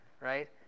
right